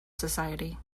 society